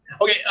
Okay